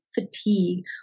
fatigue